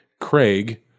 Craig